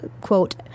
quote